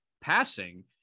passing